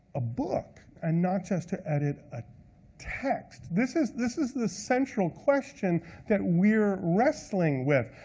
a book and not just to edit a text. this is this is the central question that we're wrestling with.